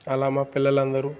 అలా మా పిల్లలందరూ